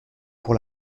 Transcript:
pour